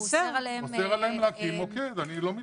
אוסר עליהם להקים מוקד, אני לא מתווכח.